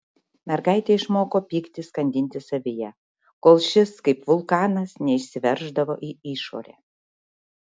mergaitė išmoko pyktį skandinti savyje kol šis kaip vulkanas neišsiverždavo į išorę